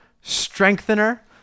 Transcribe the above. strengthener